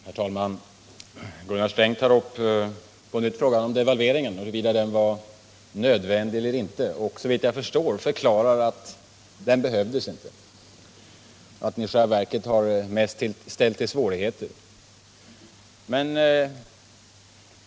Herr talman! Gunnar Sträng tar på nytt upp frågan om huruvida devalveringen var nödvändig eller inte och förklarar, såvitt jag förstår, att den inte behövdes utan i själva verket mest har ställt till svårigheter.